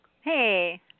Hey